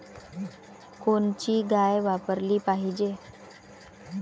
कोनची गाय वापराली पाहिजे?